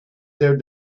their